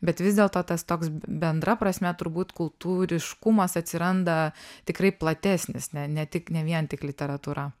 bet vis dėlto tas toks bendra prasme turbūt kultūriškumas atsiranda tikrai platesnis ne ne tik ne vien tik literatūra